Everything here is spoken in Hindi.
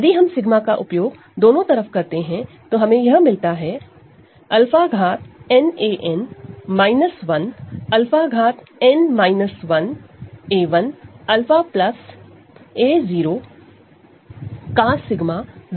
यदि हम 𝜎 का उपयोग दोनों तरफ करते हैं तो हमें यह मिलता है 𝜎 𝛂n an 1 𝛂n 1 a1 𝛂 a0 𝜎 है